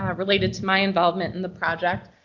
ah related to my involvement in the project.